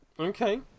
Okay